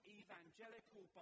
evangelical